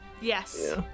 Yes